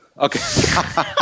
Okay